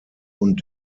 und